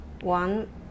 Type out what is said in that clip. one